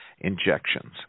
injections